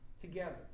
together